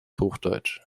hochdeutsch